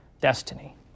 destiny